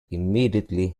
immediately